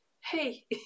hey